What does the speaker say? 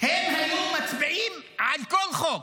הם היו מצביעים על כל חוק.